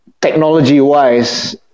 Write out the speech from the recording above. technology-wise